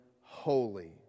holy